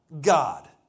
God